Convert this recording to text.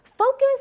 Focus